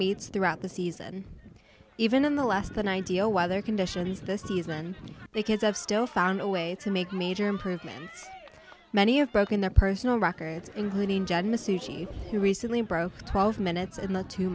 meets throughout the season even in the last than ideal weather conditions this season they kids have still found a way to make major improvements many have broken their personal records including genesee who recently broke twelve minutes in the two